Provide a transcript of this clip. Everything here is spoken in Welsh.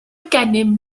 gennym